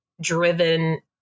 driven